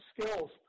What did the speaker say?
skills